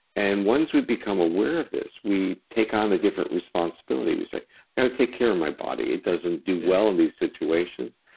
and once we've become aware of this, we take on a different responsibility. i've so got to take care of my body, it doesn't do well in these situations.